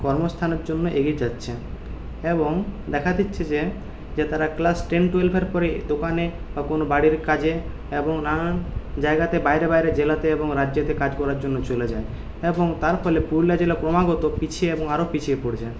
কর্মস্থানের জন্য এগিয়ে যাচ্ছে এবং দেখা দিচ্ছে যে যে তারা ক্লাস টেন টুয়েলভের পরেই দোকানে বা কোনো বাড়ির কাজে এবং নানান জায়গাতে বাইরে বাইরে জেলাতে এবং রাজ্যেতে কাজ করার জন্য চলে যায় এবং তারফলে পুরুলিয়া জেলা ক্রমাগত পিছিয়ে এবং আরও পিছিয়ে পড়ছে